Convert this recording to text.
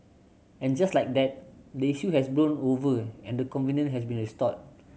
and just like that the issue has blown over and the covenant has been restored